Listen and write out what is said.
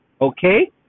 Okay